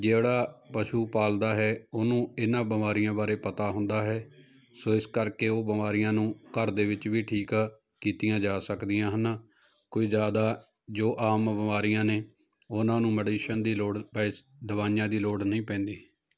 ਜਿਹੜਾ ਪਸ਼ੂ ਪਾਲਦਾ ਹੈ ਉਹਨੂੰ ਇਹਨਾਂ ਬਿਮਾਰੀਆਂ ਬਾਰੇ ਪਤਾ ਹੁੰਦਾ ਹੈ ਸੋ ਇਸ ਕਰਕੇ ਉਹ ਬਿਮਾਰੀਆਂ ਨੂੰ ਘਰ ਦੇ ਵਿੱਚ ਵੀ ਠੀਕ ਕੀਤੀਆਂ ਜਾ ਸਕਦੀਆਂ ਹਨ ਕੋਈ ਜ਼ਿਆਦਾ ਜੋ ਆਮ ਬਿਮਾਰੀਆਂ ਨੇ ਉਹਨਾਂ ਨੂੰ ਮੈਡੀਸਨ ਦੀ ਲੋੜ ਪੈ ਦਵਾਈਆਂ ਦੀ ਲੋੜ ਨਹੀਂ ਪੈਂਦੀ